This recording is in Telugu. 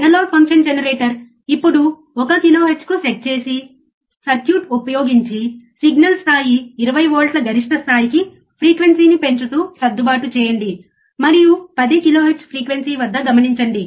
అనలాగ్ ఫంక్షన్ జెనరేటర్ ఇప్పుడు 1 కిలోహెర్ట్జ్కు సెట్ చేసి సర్క్యూట్ ఉపయోగించి సిగ్నల్ స్థాయి 20 వోల్ట్ల గరిష్ట స్థాయికి ఫ్రీక్వెన్సీని పెంచుతూ సర్దుబాటు చేయండి మరియు 10 కిలోహెర్ట్జ్ ఫ్రీక్వెన్సీ వద్ద గమనించండి